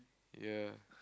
ya